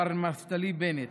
מר נפתלי בנט.